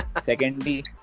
Secondly